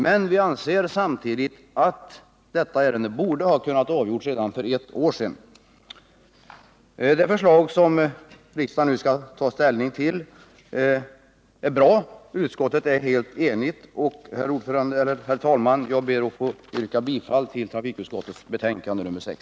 Samtidigt anser vi dock att detta ärende borde ha kunnat avgöras för ett år sedan. Det förslag som riksdagen nu skall ta ställning till är bra, utskottet är helt enigt. Herr talman! Jag ber att få yrka bifall till hemställan i trafikutskottets betänkande nr 6.